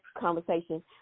conversation